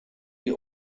die